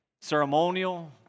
ceremonial